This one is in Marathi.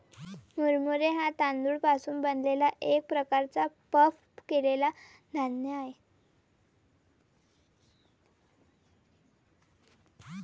मुरमुरे हा तांदूळ पासून बनलेला एक प्रकारचा पफ केलेला धान्य आहे